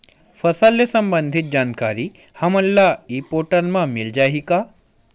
फसल ले सम्बंधित जानकारी हमन ल ई पोर्टल म मिल जाही का?